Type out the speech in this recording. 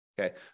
Okay